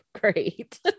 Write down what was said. Great